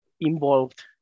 involved